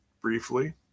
briefly